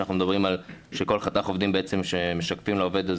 כאשר אנחנו מדברים על כל חתך עובדים שמשקפים לעובד,